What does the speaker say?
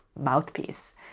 mouthpiece